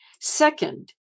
Second